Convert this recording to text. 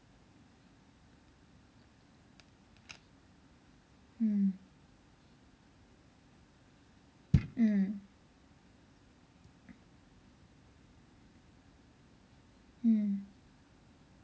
mm mm mm